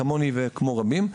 כמוני וכמו רבים,